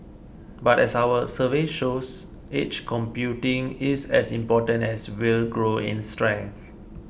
but as our survey shows edge computing is as important as will grow in strength